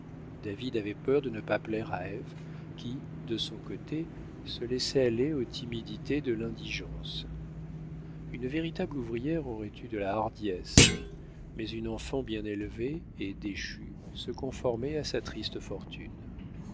david avait peur de ne pas plaire à ève qui de son côté se laissait aller aux timidités de l'indigence une véritable ouvrière aurait eu de la hardiesse mais une enfant bien élevée et déchue se conformait à sa triste fortune